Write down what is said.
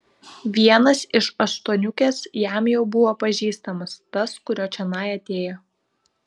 vienas iš aštuoniukės jam jau buvo pažįstamas tas kurio čionai atėjo